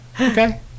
Okay